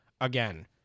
again